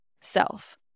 self